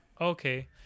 Okay